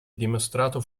dimostrato